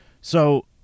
So-